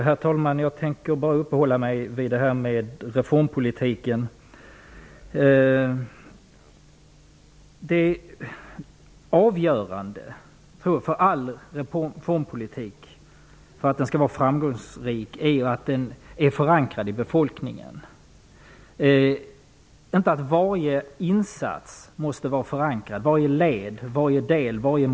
Herr talman! Jag tänker bara uppehålla mig vid reformpolitiken. Avgörande för att en reformpolitik skall kunna vara framgångsrik är att den är förankrad hos befolkningen. Varje insats, led, del eller moment behöver inte vara förankrad.